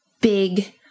big